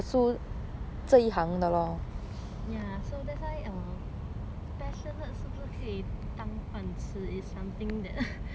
ya so that's why ah passionate 是不是可以当饭吃 is something that ya